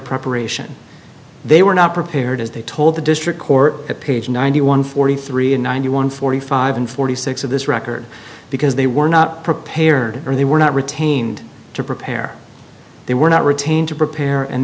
preparation they were not prepared as they told the district court at page ninety one forty three and ninety one forty five and forty six of this record because they were not prepared or they were not retained to prepare they were not retained to prepare and